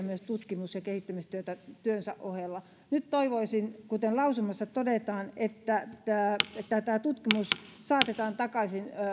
myös tutkimus ja kehittämistyötä työnsä ohella nyt toivoisin kuten lausumassa todetaan että tämä tämä tutkimus saatetaan takaisin